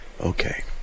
Okay